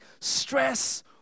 stress